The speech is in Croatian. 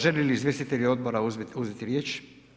Žele li izvjestitelji odbora uzeti riječ?